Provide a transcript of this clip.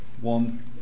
one